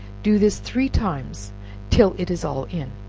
do this three times till it is all in,